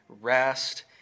rest